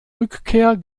rückkehr